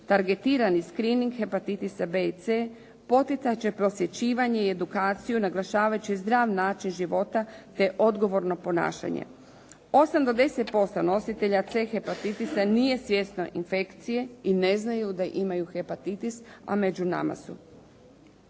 targetirani screening hepatitisa B i C, poticat će prosvjećivanje i edukaciju naglašavajući zdrav način života te odgovorno ponašanje. 8 do 10% nositelja C hepatitisa nije svjesno infekcije i ne znaju da imaju hepatitis, a među nama su.